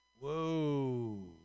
Whoa